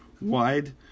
wide